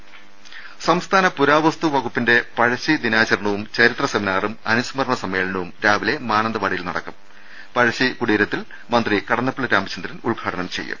രുട്ട്ട്ട്ട്ട്ട്ട സംസ്ഥാന പുരാവസ്തു വകുപ്പിന്റെ പഴശ്ശി ദിനാചരണവും ചരിത്ര സെ മിനാറും അനുസ്മരണ സമ്മേളനവും രാവിലെ മാനന്തവാടി പഴശ്ശി കുടീര ത്തിൽ മന്ത്രി കടന്നപ്പള്ളി രാമചന്ദ്രൻ ഉദ്ഘാടനം ചെയ്യും